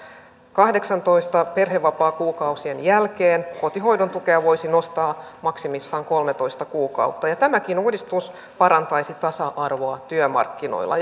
kahdeksantoista perhevapaakuukauden jälkeen kotihoidon tukea voisi nostaa maksimissaan kolmetoista kuukautta ja tämäkin uudistus parantaisi tasa arvoa työmarkkinoilla